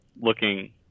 looking